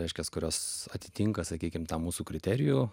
reiškiasi kurios atitinka sakykime tą mūsų kriterijų